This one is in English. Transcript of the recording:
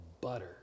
butter